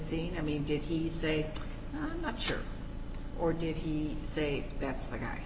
seen i mean did he say i'm not sure or did he say that's the guy